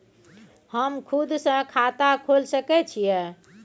हम खुद से खाता खोल सके छीयै?